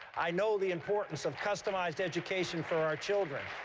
i know the importance of customized education for our children.